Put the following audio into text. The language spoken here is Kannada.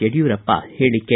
ಯಡಿಯೂರಪ್ಪ ಹೇಳಿಕೆ